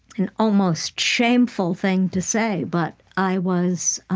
an almost shameful thing to say, but i was